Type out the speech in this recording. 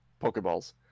pokeballs